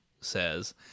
says